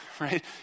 right